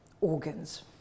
organs